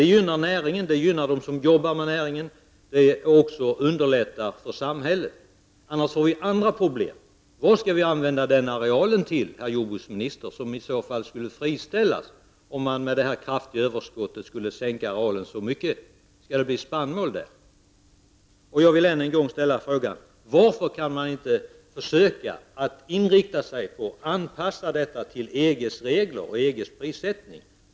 Det gynnar näringen och dem som arbetar inom den och underlättar också för samhället. Vi kommer annars att få andra problem. Till vad skall vi använda den areal, herr jordbruksminister, som skulle friställas i det fall arealen minskas med så mycket som motsvarar detta kraftiga överskott? Skall man odla spannmål där? Jag vill än en gång ställa frågan: Varför kan man inte försöka inrikta sig på en anpassning till EGs regler och prissättning?